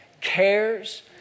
cares